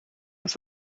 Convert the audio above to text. does